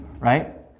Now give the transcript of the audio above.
Right